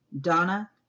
Donna